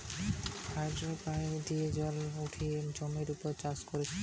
dripper দিয়ে জল ছড়িয়ে জমির উপর চাষ কোরছে